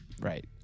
Right